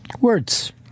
Words